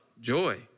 joy